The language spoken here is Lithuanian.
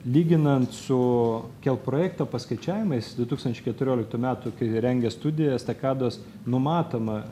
lyginant su kelprojekto paskaičiavimais du tūkstančiai keturioliktų metų kai rengė studiją estakados numatoma